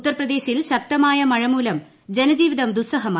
ഉത്തർപ്രദേശിൽ ശക്തമായ മഴമൂലം ജനജീവിതം ദുസ്സഹമായി